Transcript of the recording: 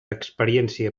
experiència